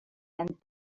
and